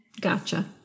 Gotcha